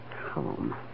Home